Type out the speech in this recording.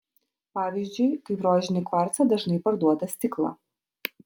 pavyzdžiui kaip rožinį kvarcą dažnai parduoda stiklą